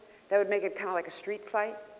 that would make it kind of like a street fight.